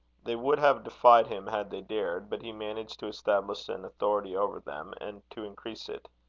they would have defied him had they dared, but he managed to establish an authority over them and to increase it.